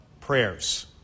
prayers